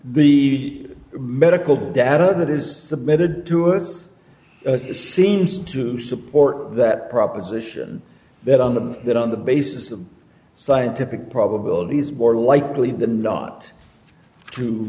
the medical data that is submitted to us seems to support that proposition that on the that on the basis of scientific probabilities more likely than not to